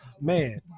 man